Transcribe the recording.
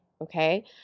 Okay